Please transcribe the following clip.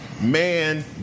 man